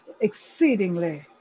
exceedingly